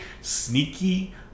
sneaky